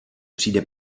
přijde